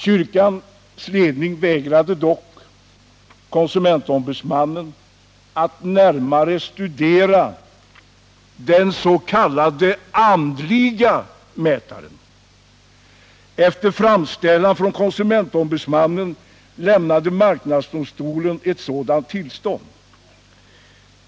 Kyrkans ledning vägrade dock konsumentombudsmannen att närmare studera den s.k. andliga mätaren. Efter framställan från konsumentombudsmannen lämnade marknadsdomstolen ett sådant tillstånd.